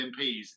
MPs